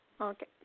Okay